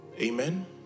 Amen